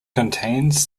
contains